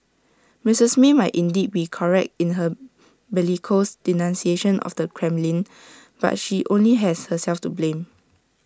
Mistress may might indeed be correct in her bellicose denunciation of the Kremlin but she only has herself to blame